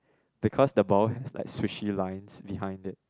because the ball has like squishy lines behind it